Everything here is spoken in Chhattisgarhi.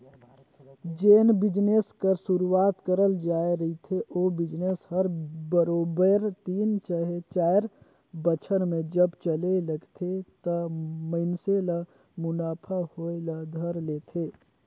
जेन बिजनेस कर सुरूवात करल जाए रहथे ओ बिजनेस हर बरोबेर तीन चहे चाएर बछर में जब चले लगथे त मइनसे ल मुनाफा होए ल धर लेथे